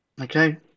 Okay